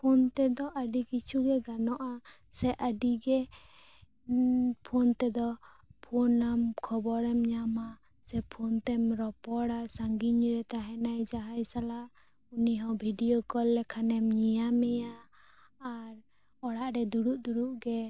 phone ᱛᱮᱫᱚ ᱟᱹᱰᱤ ᱠᱤᱪᱷᱩ ᱜᱮ ᱜᱟᱱᱚᱜᱼᱟ ᱥᱮ ᱟᱹᱰᱤ ᱜᱮ ᱯᱷᱳᱱ ᱛᱮᱫᱚ ᱯᱷᱳᱱᱟᱢ ᱠᱷᱚᱵᱚᱨ ᱮᱢ ᱧᱟᱢᱟ ᱥᱮ ᱯᱷᱳᱱ ᱛᱮᱢ ᱨᱚᱯᱚᱲᱟ ᱥᱟᱺᱜᱤᱧ ᱨᱮ ᱛᱟᱦᱮᱱᱟᱭ ᱡᱟᱦᱟᱸᱭ ᱥᱟᱞᱟᱜ ᱩᱱᱤᱦᱚᱸ ᱵᱷᱤᱰᱤᱭᱳ ᱠᱚᱞ ᱞᱮᱠᱷᱟᱱᱮᱢ ᱧᱮᱞ ᱧᱟᱢᱮᱭᱟ ᱟᱨ ᱚᱲᱟᱜ ᱨᱮ ᱫᱩᱲᱩᱵ ᱫᱩᱲᱩᱰ ᱜᱮ